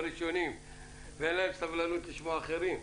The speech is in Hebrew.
ראשונים ואין להם סבלנות לשמוע אחרים.